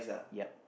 yup